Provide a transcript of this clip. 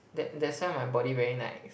that that's why my body very nice